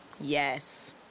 Yes